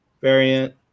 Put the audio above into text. variant